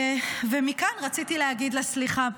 ומכאן רציתי להגיד לה סליחה,